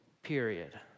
period